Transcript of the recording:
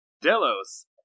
delos